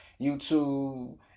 YouTube